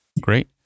great